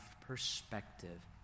perspective